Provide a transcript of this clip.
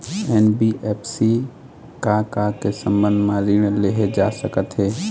NBFC से का का के संबंध म ऋण लेहे जा सकत हे?